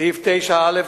סעיף 9א(3)